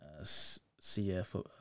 CF